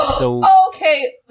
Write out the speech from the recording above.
Okay